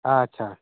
ᱟᱪᱪᱷᱟ